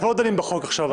אנחנו לא דנים בחוק עכשיו.